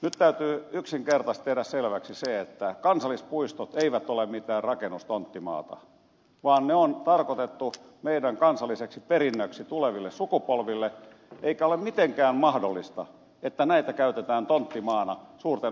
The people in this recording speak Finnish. nyt täytyy yksinkertaisesti tehdä selväksi se että kansallispuistot eivät ole mitään rakennustonttimaata vaan ne on tarkoitettu meidän kansalliseksi perinnöksi tuleville sukupolville eikä ole mitenkään mahdollista että näitä käytetään tonttimaana suurten hotellien rakentamiseen